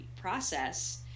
process